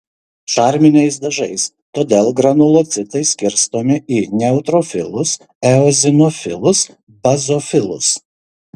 šarminiais dažais todėl granulocitai skirstomi į neutrofilus eozinofilus bazofilus